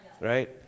right